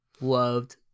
loved